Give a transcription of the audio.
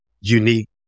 unique